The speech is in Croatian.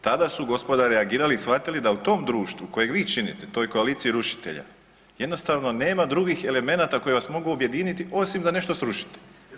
Tada su gospoda reagirali i shvatili da u tom društvu kojeg vi činite toj koaliciji rušitelja jednostavno nema drugih elemenata koji vas mogu objediniti osim da nešto srušite.